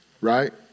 Right